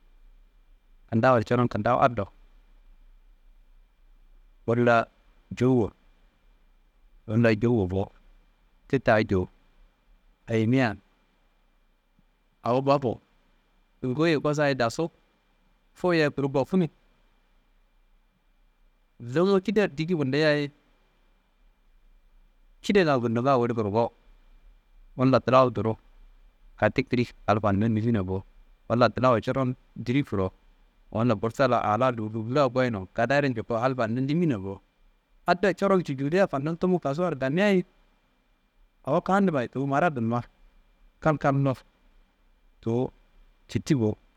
Kintawa coron kintawu ado wolla jowuwo bo ti taa jowu. Eyi mia awo bafu ngoye kosaye dasu fuya kuru bafunu lumu kida diki guliyaye kidanga gundonga woli gurgowu bundo dilawu duruwu kati kili hal fandum limina bo walla dilawa coron diri koro walla bursa la a la luwuluwu la goyino kadayiro jukuwu hal fandum limina bo addo coron cuculila fandum tummu kasuwaro gamiaye awo kandummayi tuwu maradanumma kalkallo tuuwu citti bo